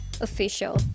official